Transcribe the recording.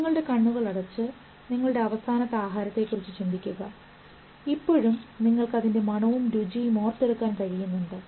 നിങ്ങളുടെ കണ്ണുകൾ അടച്ച് നിങ്ങളുടെ അവസാനത്തെ ആഹാരത്തെക്കുറിച്ച് കുറിച്ച് ചിന്തിക്കുക ഇപ്പോഴും നിങ്ങൾക്ക് അതിൻറെ മണവും രുചിയും ഓർത്തെടുക്കാൻ കഴിയുന്നുണ്ട്